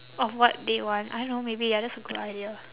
of what they want I know maybe ya that's a good idea